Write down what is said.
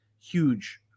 Huge